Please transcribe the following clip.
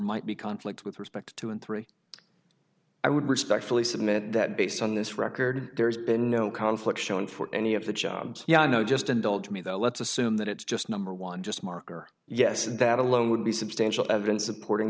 might be conflict with respect to two and three i would respectfully submit that based on this record there's been no conflict shown for any of the jobs ya know just indulge me though let's assume that it's just number one just marker yes and that alone would be substantial evidence supporting